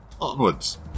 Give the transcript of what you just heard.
Onwards